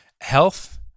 health